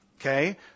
Okay